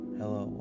hello